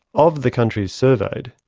of the countries surveyed,